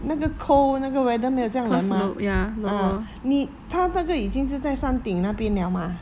那个 cold 那个 weather 没有这样冷 mah ah 你它那个已经是在山顶那边了 mah